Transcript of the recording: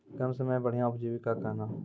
कम समय मे बढ़िया उपजीविका कहना?